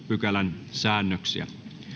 pykälän säännöksiä